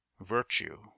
virtue